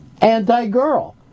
anti-girl